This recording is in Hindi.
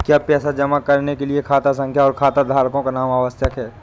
क्या पैसा जमा करने के लिए खाता संख्या और खाताधारकों का नाम आवश्यक है?